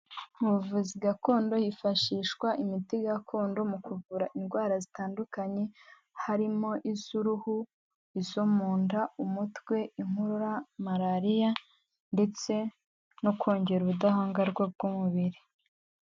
Mu buvuzi gakondo hifashishwa imiti gakondo mu kuvura indwara zitandukanye, harimo iz'uruhu, izo mu nda, umutwe, inkorora, Malariya ndetse no kongera ubudahangarwa bw'umubiri.